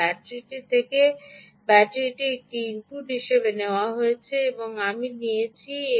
এই ব্যাটারিটি থেকে এই ব্যাটারিটি একটি ইনপুট হিসাবে নেওয়া হয়েছে এবং আমি ঠিকই নিয়েছি